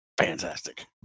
Fantastic